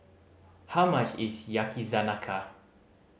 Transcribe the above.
how much is Yakizakana